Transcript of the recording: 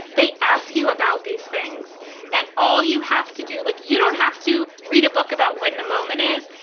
they ask you about these things and all you have to do, like you don't have to read a book about when the moment is.